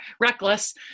reckless